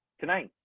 tonight.